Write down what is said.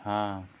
हाँ